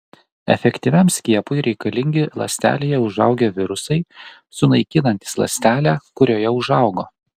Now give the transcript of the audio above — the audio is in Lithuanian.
efektyviam skiepui reikalingi ląstelėje užaugę virusai sunaikinantys ląstelę kurioje užaugo